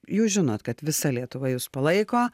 jūs žinot kad visa lietuva jus palaiko